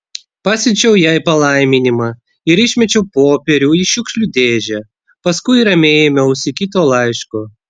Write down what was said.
pasiunčiau jai palaiminimą ir išmečiau popierių į šiukšlių dėžę paskui ramiai ėmiausi kito laiško